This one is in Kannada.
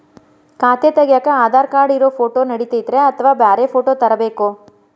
ಖಾತೆ ತಗ್ಯಾಕ್ ಆಧಾರ್ ಕಾರ್ಡ್ ಇರೋ ಫೋಟೋ ನಡಿತೈತ್ರಿ ಅಥವಾ ಬ್ಯಾರೆ ಫೋಟೋ ತರಬೇಕೋ?